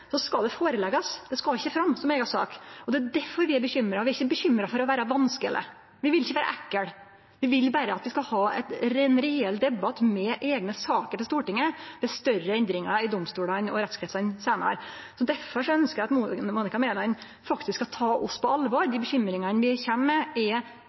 er derfor vi er bekymra – vi er ikkje bekymra for å vere vanskelege, vi vil ikkje vere ekle – vi vil berre at vi skal ha ein reell debatt med eigne saker til Stortinget ved større endringar i domstolane og rettskrinsane seinare. Derfor ønskjer eg at Monica Mæland faktisk skal ta oss på alvor. Dei bekymringane vi kjem med, er